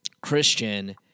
Christian